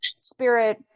spirit